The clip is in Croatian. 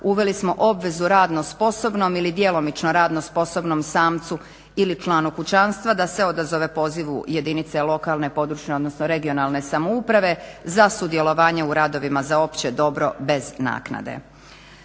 uveli smo obvezu radno sposobnom ili djelomično radno sposobnom samcu ili članu kućanstva da se odazove pozivu jedinice lokalne, područne, odnosno regionalne samouprave za sudjelovanje u radovima za opće dobro bez naknade.